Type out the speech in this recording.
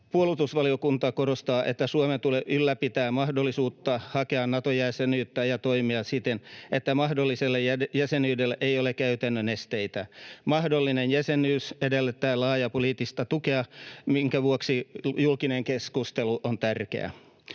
Puolustusvaliokunta korostaa, että Suomen tulee ylläpitää mahdollisuutta hakea Nato-jäsenyyttä ja toimia siten, että mahdolliselle jäsenyydelle ei ole käytännön esteitä. Mahdollinen jäsenyys edellyttää laajaa poliittista tukea, minkä vuoksi julkinen keskustelu on tärkeää.